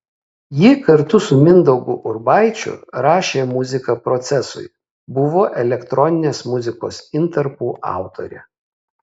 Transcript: ji kartu su mindaugu urbaičiu rašė muziką procesui buvo elektroninės muzikos intarpų autorė